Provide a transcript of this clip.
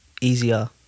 easier